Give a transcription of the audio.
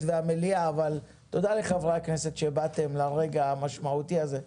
והמליאה אבל תודה לחברי הכנסת שבאתם לרגע המשמעותי הזה.